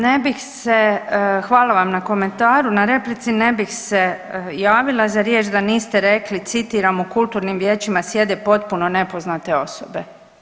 Ne bih se, hvala vam na komentaru, na replici, ne bih se javila za riječ da niste rekli citiram, u kulturnim vijećima sjede potpuno nepoznate osobe.